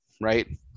right